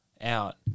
out